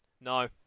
No